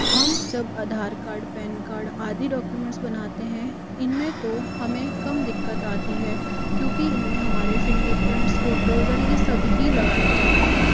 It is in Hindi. हम जब अधार कार्ड पैन कार्ड आदि डॉक्यूमेंट्स बनाते हैं इनमें तो हमें कम दिक्कत आती है क्योंकि इनमें हमारे फ़िंगर प्रिंट्स फोटोज और यह सब ही लगाया जाता है